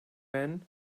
men